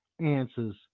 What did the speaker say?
answers